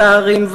צארים,